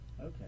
Okay